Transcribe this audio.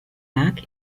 lag